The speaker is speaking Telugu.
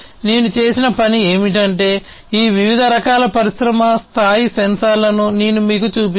నేను చేసిన పని ఏమిటంటే ఈ వివిధ రకాల పరిశ్రమ స్థాయి సెన్సార్లను నేను మీకు చూపించాను